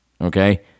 Okay